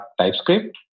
TypeScript